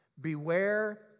Beware